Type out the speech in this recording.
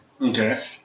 Okay